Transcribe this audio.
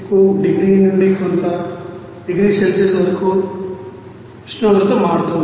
కుడిగ్రీ నుండి కొంత degree Celsius వరకు ఉష్ణోగ్రత మారుతుంది